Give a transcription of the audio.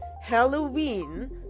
Halloween